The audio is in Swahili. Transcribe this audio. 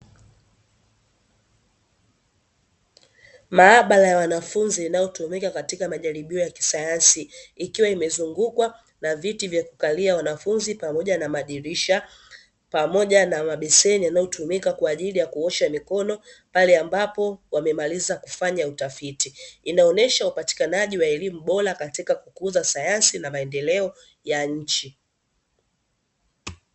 Maabara ya wanafunzi inayotumika katika majaribio ya kisayansi, ikiwa imezungukwa na viti vya kukalia wanafunzi, pamoja na madirisha pamoja na mabeseni yanayotumika kwa ajili ya kuosha mikono pale ambapo wamemaliza kufanya utafiti. Inaonesha upatikanaji wa elimu bora katika kukuza sayansi na maendeleo ya nchi.